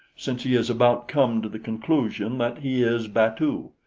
since he has about come to the conclusion that he is batu.